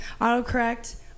Autocorrect